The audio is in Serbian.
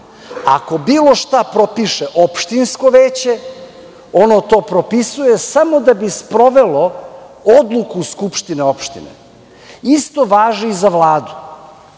Ako bilo šta propiše opštinsko veće, ono to propisuje samo da bi sprovelo odluku skupštine opštine. Isto važi i za Vladu.